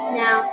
now